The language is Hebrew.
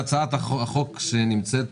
הצעת החוק שנמצאת